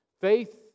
Faith